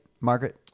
Margaret